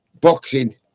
boxing